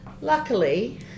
Luckily